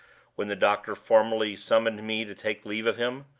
when the doctor formally summoned me to take leave of him,